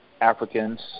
Africans